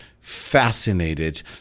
fascinated